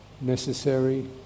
necessary